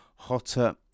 hotter